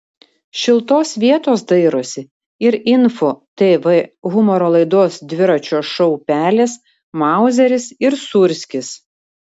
šiltos vietos dairosi ir info tv humoro laidos dviračio šou pelės mauzeris ir sūrskis